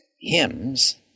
hymns